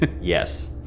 Yes